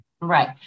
Right